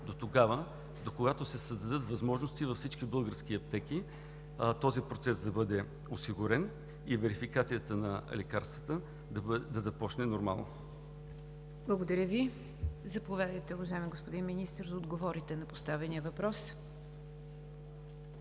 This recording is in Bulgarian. дотогава, докогато се създадат възможности във всички български аптеки този процес да бъде осигурен и верификацията на лекарствата да започне нормално? ПРЕДСЕДАТЕЛ НИГЯР ДЖАФЕР: Благодаря Ви. Заповядайте, уважаеми господин Министър, да отговорите на поставения въпрос.